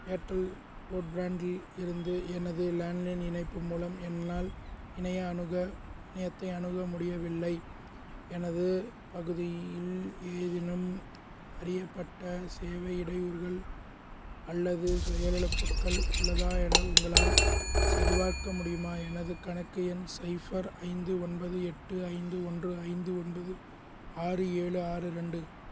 Airtel ப்ரோட்ப்ராண்டில் இருந்து எனது லேண்ட்லைன் இணைப்பு மூலம் என்னால் இணைய அணுக இணையத்தை அணுக முடியவில்லை எனது பகுதியில் ஏதேனும் அறியப்பட்ட சேவை இடையூறுகள் அல்லது செயலிழப்புக்கள் உள்ளதா என உங்களால் சரிபார்க்க முடியுமா எனது கணக்கு எண் சைஃபர் ஐந்து ஒன்பது எட்டு ஐந்து ஒன்று ஐந்து ஒன்பது ஆறு ஏழு ஆறு ரெண்டு